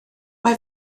mae